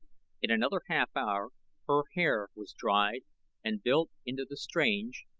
in another half hour her hair was dried and built into the strange,